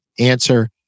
answer